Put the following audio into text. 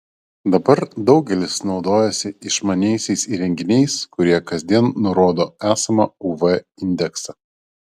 dabar daugelis naudojasi išmaniaisiais įrenginiais kurie kasdien nurodo esamą uv indeksą